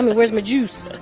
and where's my juice?